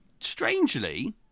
strangely